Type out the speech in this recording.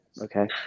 Okay